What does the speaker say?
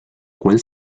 cuál